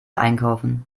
einkaufen